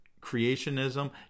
creationism